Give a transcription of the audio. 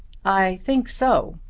i think so.